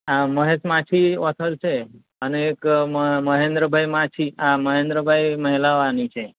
હા મહેશ માચી ઓથર છે અને એક મહેન્દ્રભાઈ માચી મહેન્દ્રભાઈ મહેલાવાની છે